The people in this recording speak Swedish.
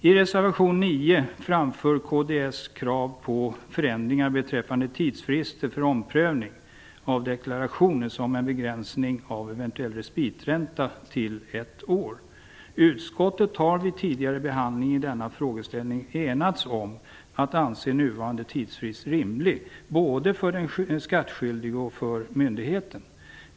I reservation 9 framför kds krav på förändringar beträffande tidsfrister för omprövning av deklarationer samt en begränsning av en eventuell respitränta till ett år. Utskottet har vid tidigare behandling av denna frågeställning enats om att anse nuvarande tidsfrist rimlig både för den skattskyldige och för myndigheten.